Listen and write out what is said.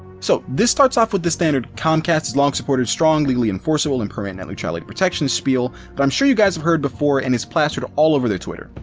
so, this starts off with the standard comcast has long supported strong, legally enforceable, and permanent net neutrality protections shpeal that i'm sure you guys have heard before and is plastered all over their twitter.